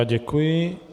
Děkuji.